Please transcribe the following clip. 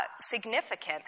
significant